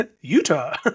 Utah